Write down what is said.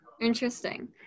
Interesting